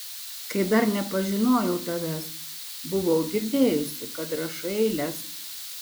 kai dar nepažinojau tavęs buvau girdėjusi kad rašai eiles